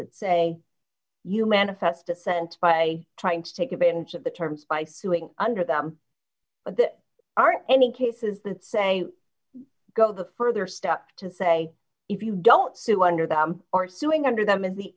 that say you manifest the sense by trying to take advantage of the terms by suing under them but there are any cases that say go the further step to say if you don't sue under them or suing under them is the